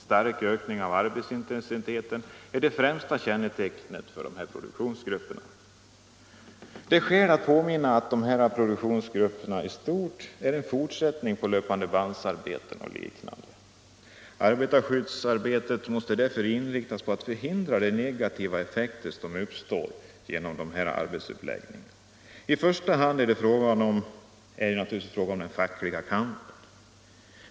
Stark ökning av arbetsintensiteten är det främsta kännetecknet för produktionsgrupperna. Det är skäl att påminna om att dessa produktionsgrupper i stort är en fortsättning på löpandebandsarbeten och liknande. Arbetarskyddsarbetet måste därför inriktas på att förhindra de negativa effekter som uppstår genom denna arbetsuppläggning. I första hand är det naturligtvis fråga om den fackliga kampen.